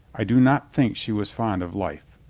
i do not think she was fond of life.